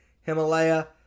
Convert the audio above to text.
Himalaya